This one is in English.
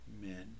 men